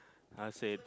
I say